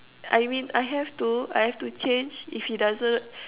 I mean I have to I have to change if he doesn't